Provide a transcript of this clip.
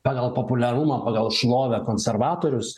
pagal populiarumą pagal šlovę konservatorius